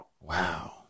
Wow